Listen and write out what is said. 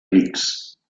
rics